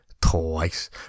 twice